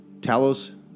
Talos